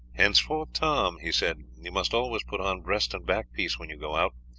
henceforth, tom, he said, you must always put on breast-and-back piece when you go out.